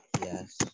Yes